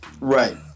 Right